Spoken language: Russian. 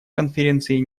конференции